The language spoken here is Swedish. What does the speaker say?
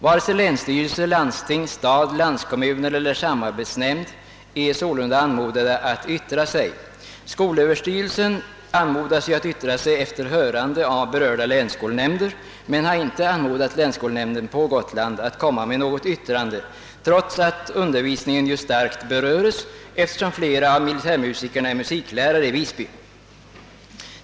Varken länsstyrelse, landsting, stad, landskommuner eller samarbetsnämnd är sålunda anmodade att yttra sig. Skolöverstyrelsen skall ju yttra sig efter hörande av berörda länsskolnämnder men har inte anmodat länsskolnämnden på Gotland att avge något yttrande, trots att undervisningen starkt beröres eftersom flera av militärmusikerna är musiklärare i Visby.